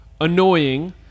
annoying